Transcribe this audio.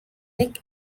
neck